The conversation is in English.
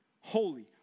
Holy